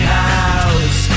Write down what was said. house